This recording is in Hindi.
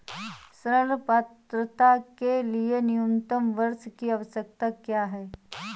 ऋण पात्रता के लिए न्यूनतम वर्ष की आवश्यकता क्या है?